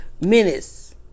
minutes